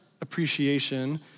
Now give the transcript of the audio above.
appreciation